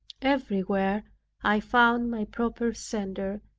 everywhere i found my proper center,